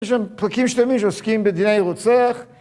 יש שם פרקים שלמים שעוסקים בדיני רוצח...